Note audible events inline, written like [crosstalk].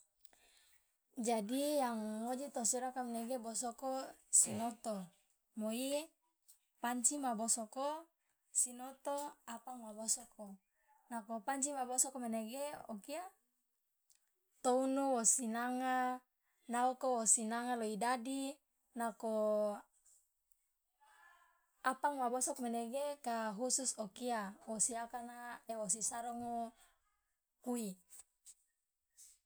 [noise] jadi yang ngoji tosi odaka menege bosoko sinoto moi panci ma bosoko sinoto apang ma bosoko [noise] nako panci ma bosoko manege okia tounu wosinanga naoko wosinanga loi dadi nako [noise] apang ma bosoko menege ka khusus okia wosi akana [hesitation] wosi sarongo kui.